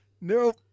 no